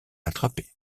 attraper